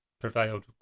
prevailed